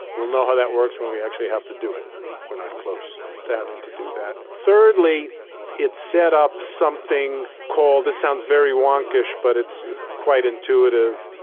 we'll know how that works when we actually have to do it, and we are not close to having to do that. thirdly it set up something called, this sounds very wonkish but it's quite intuitive,